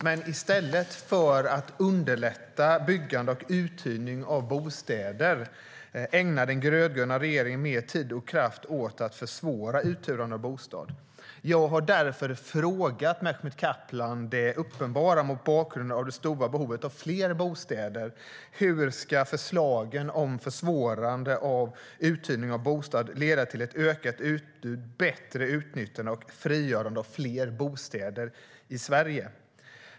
Men i stället för att underlätta byggande och uthyrning av bostäder ägnar den rödgröna regeringen mer tid och kraft åt att försvåra uthyrande av bostad. Jag har därför frågat Mehmet Kaplan det uppenbara, mot bakgrund av det stora behovet av fler bostäder, hur förslagen om försvårande av uthyrning av bostad ska leda till ett ökat utbud, bättre utnyttjande och frigörande av fler bostäder i Sverige.